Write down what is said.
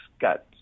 got